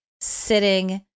sitting